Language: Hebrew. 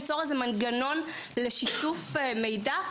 ליצור מנגנון לשיתוף מידע,